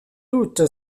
doute